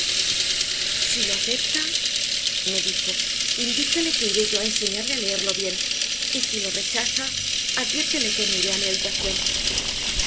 si lo acepta me dijo indícale que iré yo a enseñarle a leerlo bien y si lo rechaza adviértele que me iré a mi habitación